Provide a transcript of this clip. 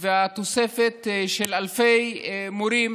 והתוספת של אלפי מורים